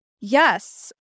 Yes